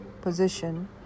position